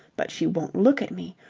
but she won't look at me.